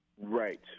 Right